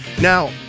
now